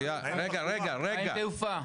מה עם כל התעופה?